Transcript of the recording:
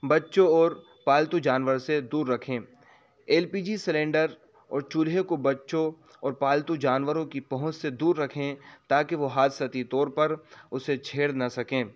بچوں اور پالتو جانور سے دور رکھیں ایل پی جی سلنڈر اور چولہے کو بچوں اور پالتو جانوروں کی پہنچ سے دور رکھیں تاکہ وہ حادثتی طور پر اسے چھیڑ نہ سکیں